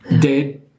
dead